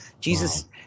jesus